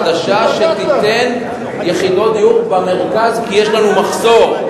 חדשה שתיתן יחידות דיור במרכז, כי יש לנו מחסור.